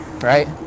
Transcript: right